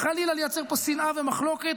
חלילה לייצר פה שנאה ומחלוקת.